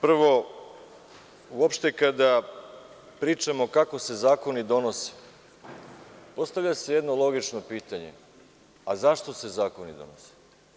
Prvo, uopšte kada pričamo kako se zakoni donose, postavlja se jedno logično pitanje – zašto se zakoni donosi?